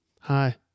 Hi